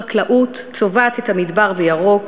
החקלאות צובעת את המדבר בירוק,